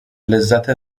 لذت